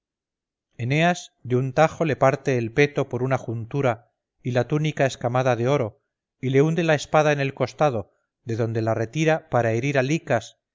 eneas de un tajo le parte el peto por una juntura y la túnica escamada de oro y le hunde la espada en el costado de donde la retira para herir a licas